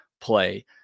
play